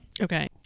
Okay